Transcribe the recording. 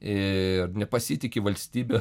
ir nepasitiki valstybe